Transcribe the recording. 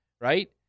right